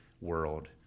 world